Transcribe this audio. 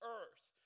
earth